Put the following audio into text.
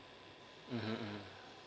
mmhmm